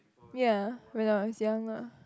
ya when I was young lah